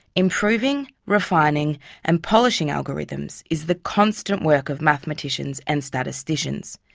improving, refining and polishing algorithms is the constant work of mathematicians and statisticians.